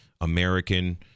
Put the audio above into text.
American